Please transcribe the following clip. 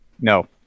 No